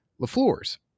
LaFleur's